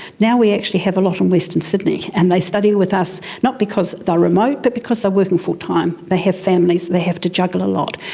now we actually have a lot in western sydney, and they study with us, not because they are remote but because they are working full-time, they have families, they have to juggle a lot.